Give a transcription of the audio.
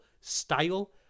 style